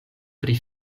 pri